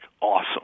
awesome